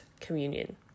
communion